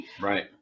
Right